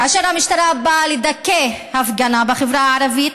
כאשר המשטרה באה לדכא הפגנה בחברה הערבית,